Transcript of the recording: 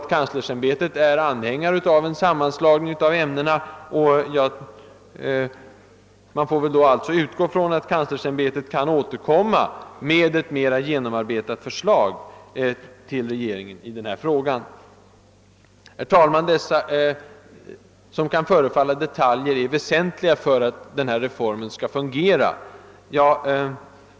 Kanslersämbetet är anhängare av en sammanslagning av ämnena, och jag drar därför slutsatsen att kanslersämbetet kan återkomma till regeringen med ett mer genomarbetat förslag. Herr talman! Dessa frågor, som kan förefalla vara detaljer, är väsentliga för att reformen skall fungera.